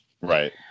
Right